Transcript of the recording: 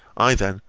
i then,